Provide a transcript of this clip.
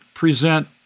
present